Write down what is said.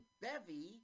bevy